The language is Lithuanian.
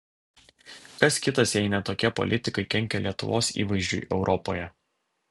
kas kitas jei ne tokie politikai kenkia lietuvos įvaizdžiui europoje